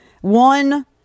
one